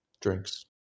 drinks